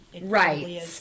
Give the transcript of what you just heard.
right